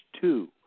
two